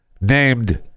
named